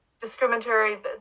discriminatory